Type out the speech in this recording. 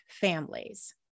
families